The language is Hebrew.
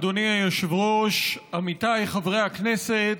אדוני היושב-ראש, עמיתיי חברי הכנסת,